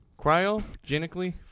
Cryogenically